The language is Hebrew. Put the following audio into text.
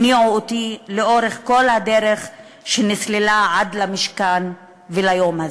הניעו אותי לאורך כל הדרך שנסללה עד למשכן וליום הזה.